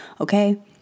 Okay